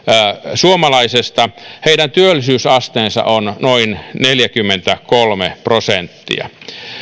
suomalaisesta heidän työllisyysasteensa on noin neljäkymmentäkolme prosenttia